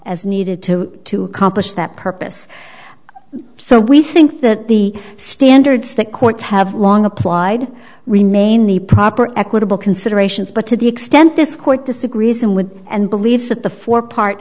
as needed to to accomplish that purpose so we think that the standards that courts have long applied remain the proper equitable considerations but to the extent this court disagrees and would and believes that the